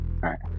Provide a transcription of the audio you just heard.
right